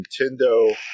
Nintendo